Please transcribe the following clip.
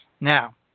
Now